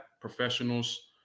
professionals